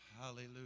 Hallelujah